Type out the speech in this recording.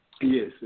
Yes